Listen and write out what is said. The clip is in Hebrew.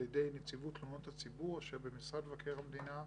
ידי נציבות תלונות הציבור אשר במשרד מבקר המדינה,